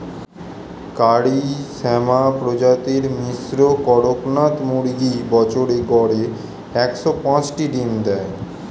কারি শ্যামা প্রজাতির মিশ্র কড়কনাথ মুরগী বছরে গড়ে একশ পাঁচটি ডিম দেয়